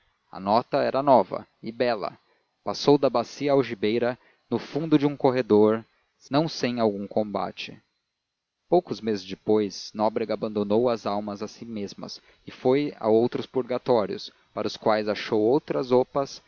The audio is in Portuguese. a nota era nova e bela passou da bacia à algibeira no fundo de um corredor não sem algum combate poucos meses depois nóbrega abandonou as almas a si mesmas e foi a outros purgatórios para os quais achou outras opas